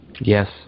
Yes